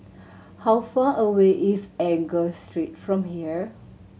how far away is Enggor Street from here